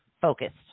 focused